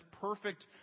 perfect